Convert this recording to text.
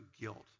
guilt